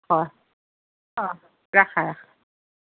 হয় অঁ ৰাখা ৰাখা